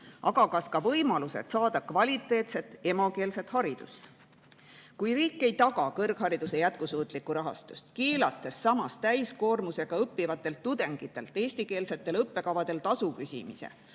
Aga kas ka võimalused saada kvaliteetset emakeelset haridust? Kui riik ei taga kõrghariduse jätkusuutlikku rahastust, keelates samas täiskoormusega õppivatelt tudengitelt eestikeelsetel õppekavadel tasu küsimise,